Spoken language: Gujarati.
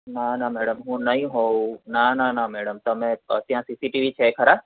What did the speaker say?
ના ના મેડમ હું નહીં હોઉં ના ના ના મેડમ તમે ત્યાં સીસીટીવી છે ખરા